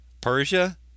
Persia